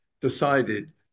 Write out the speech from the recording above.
decided